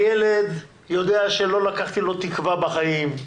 הילד יודע שלא לקחתי לו תקווה בחיים.